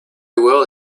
well